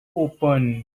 open